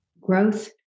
growth